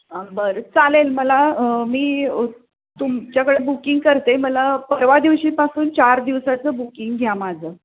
बरं चालेल मला मी तुमच्याकडं बुकिंग करते मला परवा दिवशीपासून चार दिवसाचं बुकिंग घ्या माझं